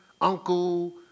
uncle